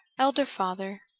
elder father,